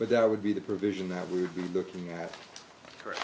but that would be the provision that we would be looking at her